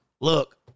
Look